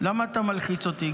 למה אתה מלחיץ אותי?